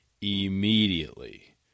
immediately